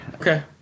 Okay